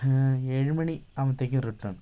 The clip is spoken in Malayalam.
ഏഴ് മണി ആവുമ്പോഴത്തേക്കും റിട്ടേൺ